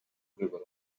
rwego